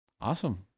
awesome